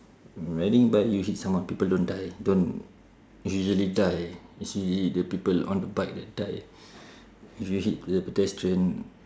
riding bike you hit someone people don't die don't usually die it's usually the people on the bike that die if you hit the pedestrian